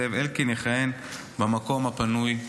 זאב אלקין יכהן במקום הפנוי לסיעה.